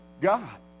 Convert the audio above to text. God